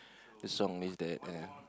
the song is that uh